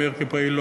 ממאירק'ה פעיל,